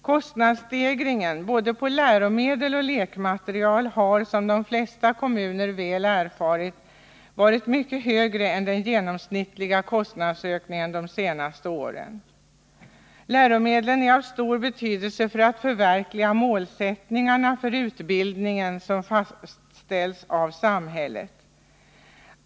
Kostnadsstegringen på både läromedel och lekmaterial har, som de flesta kommuner erfarit, varit mycket högre än den genomsnittliga kostnadsökningen de senaste åren. Läromedlen är av stor betydelse för att förverkliga de målsättningar för utbildningen som samhället fastställt.